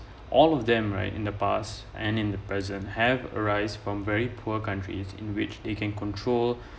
all of them right in the past and in the present have arise from very poor countries in which they can control